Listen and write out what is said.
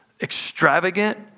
extravagant